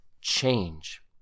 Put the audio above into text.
change